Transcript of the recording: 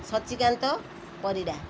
Sachikanta Parida